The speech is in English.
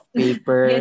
paper